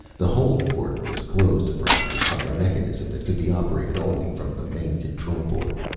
the hold-port was closed abruptly by a mechanism that could be operated only from the main control-board.